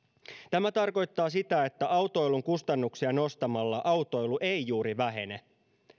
tämä tarkoittaa sitä että autoilun kustannuksia nostamalla autoilu ei juuri vähene